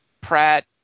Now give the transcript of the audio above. Pratt